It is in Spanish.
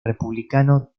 republicano